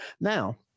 Now